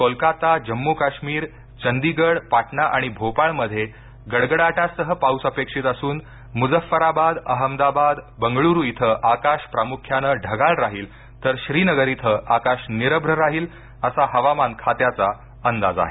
कोलकाता जम्मू काश्मीर चंदीगड पाटणा आणि भोपाळ मध्ये गडगडाटासह पाऊस अपेक्षित असून मुजफ्फराबाद अहमदाबाद बेंगळुरू इथं आकाश प्रमुख्याने ढगाळ राहील तर श्रीनगर इथं आकाश निरभ्र राहील असा हवामान खात्याचा अंदाज आहे